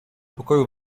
pokoju